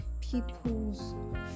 people's